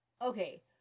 Okay